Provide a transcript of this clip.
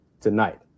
tonight